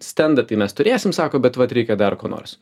stendą tai mes turėsim sako bet vat reikia dar ko nors